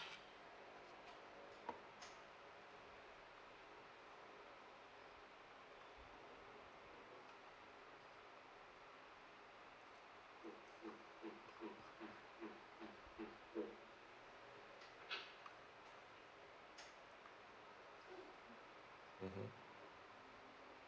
mmhmm